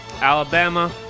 Alabama